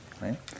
right